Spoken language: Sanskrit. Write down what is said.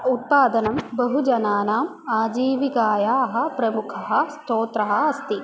उत्पादनं बहु जनानाम् आजीविकतायाः प्रमुखः स्रोतः अस्ति